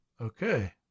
okay